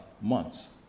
months